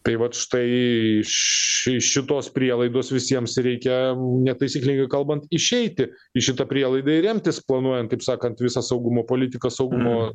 tai vat štai ši šitos prielaidos visiems reikia netaisyklingai kalbant išeiti į šitą prielaidai remtis planuojant taip sakant visą saugumo politiką saugumo